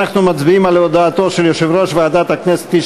אנחנו מצביעים על הודעתו של יושב-ראש ועדת הכנסת,